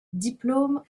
diplôme